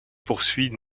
poursuit